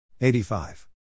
85